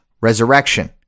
resurrection